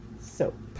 Soap